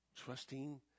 Trusting